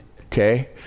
okay